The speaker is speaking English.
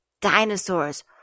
dinosaurs